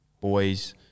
boys –